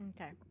Okay